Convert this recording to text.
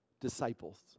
disciples